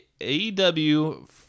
AEW